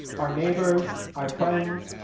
our neighbors, our friends,